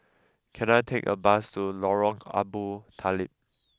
can I take a bus to Lorong Abu Talib